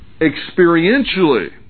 Experientially